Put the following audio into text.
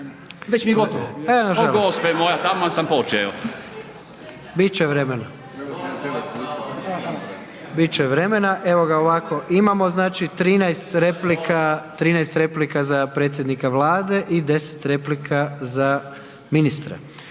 Kujundžić: O Gospe moja taman sam počeo./ … Bit će vremena. Evo ga ovako imamo 13 replika za predsjednika Vlade i 10 replika za ministra.